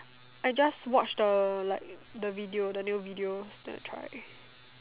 I just watch the like the video the new video then I try